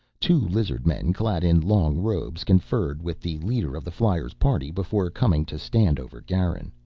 two lizard-men, clad in long robes, conferred with the leader of the flyer's party before coming to stand over garin.